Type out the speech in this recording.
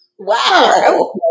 Wow